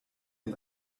den